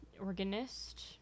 organist